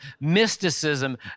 mysticism